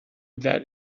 that